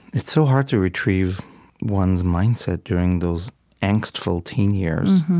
it's so hard to retrieve one's mindset during those angstful teen years.